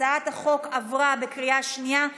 הצעת החוק עברה בקריאה שנייה.